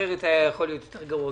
אחרת היה יכול להיות יותר גרוע,